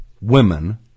women